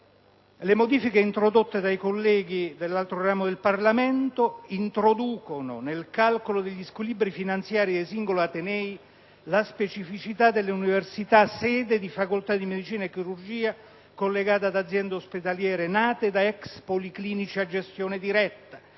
le modifiche apportate dall'altro ramo del Parlamento all'articolo 11 introducono, nel calcolo degli squilibri finanziari dei singoli atenei, la specificità delle università sede di facoltà di medicina e chirurgia collegate ad aziende ospedaliere nate da ex policlinici a gestione diretta,